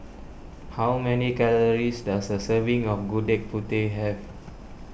how many calories does a serving of Gudeg Putih have